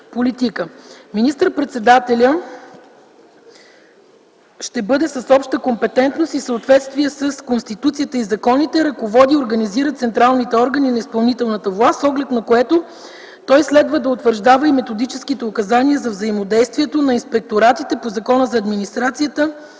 Министър-председателят ще бъде с обща компетентност и в съответствие с Конституцията и законите ръководи и координира централните органи на изпълнителната власт, с оглед на което той следва да утвърждава и методическите указания за взаимодействието на инспекторатите по Закона за администрацията